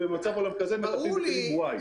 ובמצב עולם כזה מטפלים בכלים y.